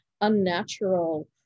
unnatural